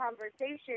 conversation